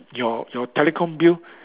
your your telecom bill